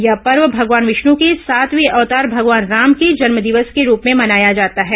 यह पर्व भगवान विष्णु के सातवें अवतार भगवान राम के जन्मदिवस के रूप में मनाया जाता है